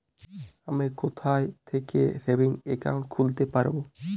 আমি কোথায় থেকে সেভিংস একাউন্ট খুলতে পারবো?